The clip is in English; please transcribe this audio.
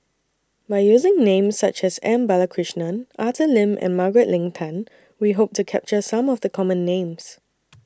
By using Names such as M Balakrishnan Arthur Lim and Margaret Leng Tan We Hope to capture Some of The Common Names